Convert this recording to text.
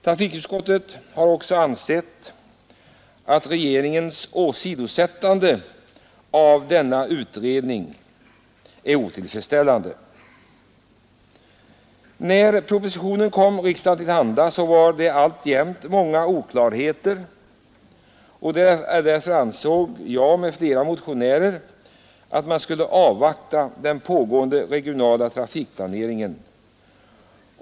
Trafikutskottet har också ansett att regeringens åsidosättande av denna utredning är otillfredsställande. När propositionen kom riksdagen till handa kvarstod alltjämt många oklarheter, varför jag och andra motionärer ansåg att man borde avvakta den pågående regionala trafikplaneringen.